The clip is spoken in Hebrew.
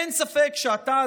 אין ספק שאתה,